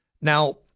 Now